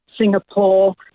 Singapore